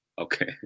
Okay